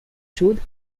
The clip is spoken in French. chaude